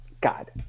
god